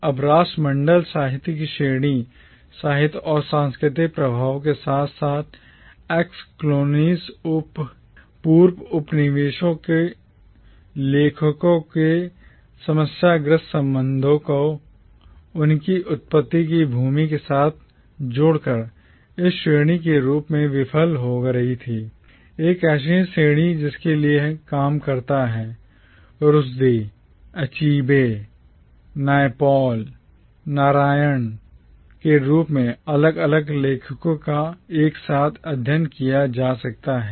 अब राष्ट्रमंडल साहित्य की श्रेणी साहित्यिक और सांस्कृतिक प्रभावों के साथ साथ ex colonies पूर्व उपनिवेशों के लेखकों के समस्याग्रस्त संबंधों को उनकी उत्पत्ति की भूमि के साथ जोड़कर एक श्रेणी के रूप में विफल हो रही थी एक ऐसी श्रेणी जिसके लिए काम करता है Rushdie रुश्दीAchebe अचेबे Naipaul नायपॉल और Narayan नारायण के रूप में अलग अलग लेखकों का एक साथ अध्ययन किया जा सकता है